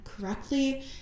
correctly